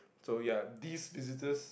so ya these visitors